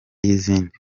y’izindi